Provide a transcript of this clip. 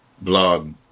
blog